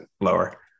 lower